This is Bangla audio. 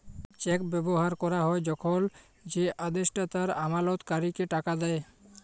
চেক ব্যবহার ক্যরা হ্যয় যখল যে আদেষ্টা তার আমালতকারীকে টাকা দেয়